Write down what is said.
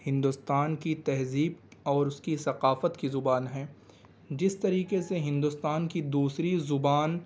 ہندوستان کی تہذیب اور اس کی ثقافت کی زبان ہے جس طریقے سے ہندوستان کی دوسری زبان